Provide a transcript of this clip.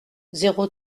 zéro